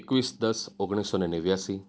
એકવીસ દસ ઓગણીસસો ને નેવ્યાશી